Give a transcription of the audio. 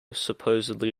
supposedly